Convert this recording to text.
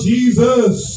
Jesus